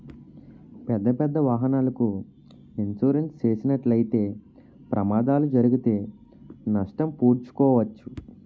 పెద్దపెద్ద వాహనాలకు ఇన్సూరెన్స్ చేసినట్లయితే ప్రమాదాలు జరిగితే నష్టం పూడ్చుకోవచ్చు